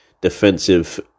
defensive